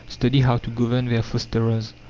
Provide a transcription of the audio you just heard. study how to govern their fosterers.